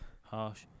Harsh